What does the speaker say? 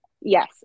Yes